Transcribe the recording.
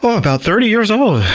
so about thirty years old,